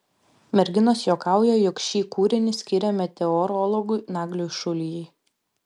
merginos juokauja jog šį kūrinį skiria meteorologui nagliui šulijai